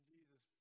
Jesus